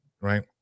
right